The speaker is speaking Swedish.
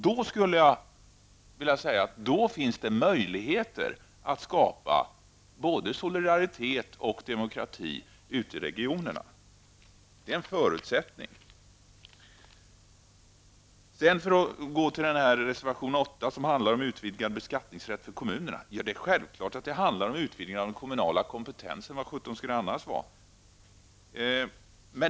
Då finns det plats för både solidaritet och demokrati ute i regionerna. Detta är en förutsättning. När det gäller reservation 8 om utvidgad beskattningsrätt för kommunerna, är det självklart att det handlar om utvidgning av den kommunala kompetensen. Vad sjutton skulle det annars innebära?